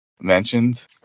mentioned